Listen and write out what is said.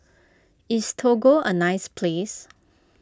is Togo a nice place